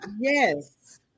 yes